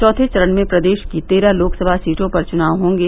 चौथे चरण में प्रदेश की तेरह लोकसभा सीटों पर चुनाव होंगे